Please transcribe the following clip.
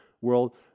world